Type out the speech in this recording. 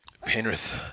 Penrith